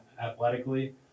athletically